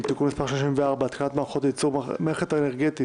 (תיקון מס' 34) (התקנת מערכת לייצור חשמל מאנרגיית